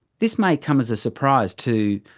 this may come as a surprise to,